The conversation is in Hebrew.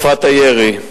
3. בנוגע למיגור תופעת הירי,